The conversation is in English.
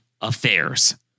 affairs